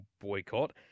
boycott